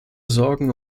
sorgen